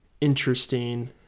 interesting